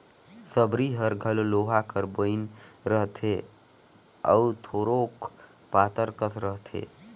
सबरी हर घलो लोहा कर बइन रहथे अउ थोरोक पातर कस रहथे